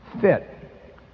fit